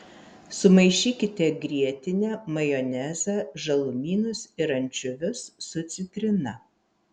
sumaišykite grietinę majonezą žalumynus ir ančiuvius su citrina